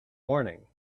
morning